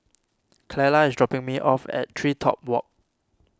Clella is dropping me off at TreeTop Walk